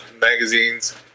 magazines